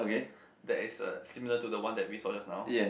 that is uh similar to the one that we saw just now